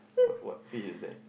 what what fish is that